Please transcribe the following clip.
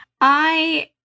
I-